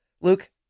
Luke